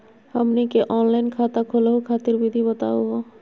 हमनी के ऑनलाइन खाता खोलहु खातिर विधि बताहु हो?